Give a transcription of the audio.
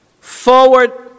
forward